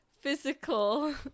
physical